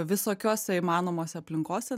visokiose įmanomose aplinkose